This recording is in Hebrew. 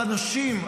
על אנשים,